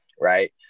right